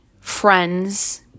friends